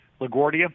LaGuardia